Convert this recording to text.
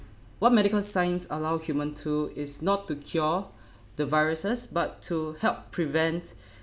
what medical science allow humans to is not to cure the viruses but to help prevent